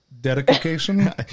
dedication